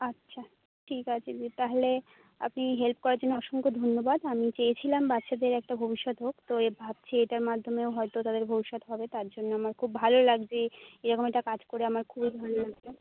আচ্ছা ঠিক আছে দিদি তাহলে আপনি হেল্প করার জন্য অসংখ্য ধন্যবাদ আমি চেয়েছিলাম বাচ্চাদের একটা ভবিষ্যৎ হোক তো ভাবছি এটার মাধ্যমেও হয়ত তাদের ভবিষ্যৎ হবে তার জন্য আমার খুব ভালো লাগছে এরকম একটা কাজ করে আমার খুবই ভালো লাগছে